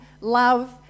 love